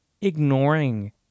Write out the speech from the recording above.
ignoring